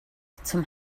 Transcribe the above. zum